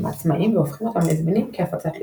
העצמאיים והופכים אותם לזמינים כהפצת לינוקס.